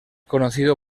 conocido